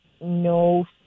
no